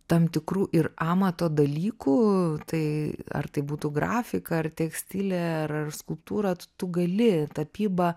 tam tikrų ir amato dalykų tai ar tai būtų grafika ar tekstilė ar ar skulptūra t tu gali tapyba